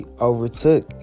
overtook